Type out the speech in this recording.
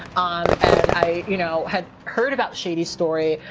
um and i, you know, had heard about shadi's story.